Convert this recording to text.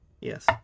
Yes